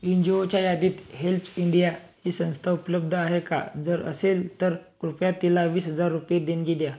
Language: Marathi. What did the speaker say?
एन जी ओच्या यादीत हेल्प्स इंडिया ही संस्था उपलब्ध आहे का जर असेल तर कृपया तिला वीस हजार रुपये देणगी द्या